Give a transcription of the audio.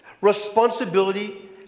responsibility